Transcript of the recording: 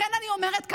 לכן אני אומרת כאן,